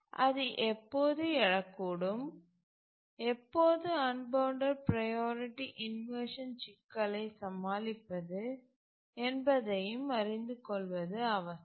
அது எப்போது எழக்கூடும் எப்போது அன்பவுண்டட் ப்ரையாரிட்டி இன்வர்ஷன் சிக்கலை சமாளிப்பது என்பதையும் அறிந்து கொள்வது அவசியம்